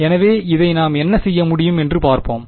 எனவே இதை நாம் என்ன செய்ய முடியும் என்று பார்ப்போம்